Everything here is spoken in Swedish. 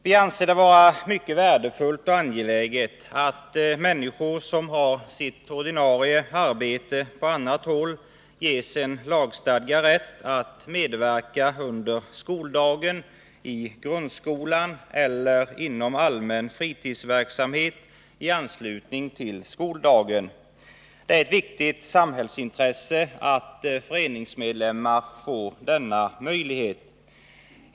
Vi anser det vara mycket värdefullt och angeläget att människor som har sitt ordinarie arbete på annat håll ges en lagstadgad rätt att medverka under skoldagen i grundskolan eller inom allmän fritidsverksamhet i anslutning till skoldagen. Det är ett viktigt samhällsintresse att föreningsmedlemmar får denna möjlighet.